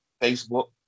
Facebook